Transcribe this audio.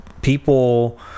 People